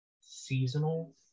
Seasonal